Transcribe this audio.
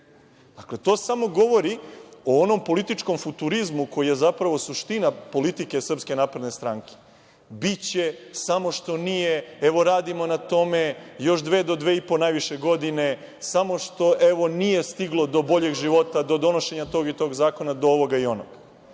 Dakle, to samo govori o onom političkom futurizmu koji je zapravo suština politike SNS – biće, samo što nije, evo, radimo na tome, još dve do dve i po najviše godine, samo što, evo, nije stiglo do boljeg života, do donošenja tog i tog zakona, do ovoga i onoga. Dakle,